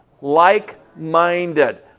Like-minded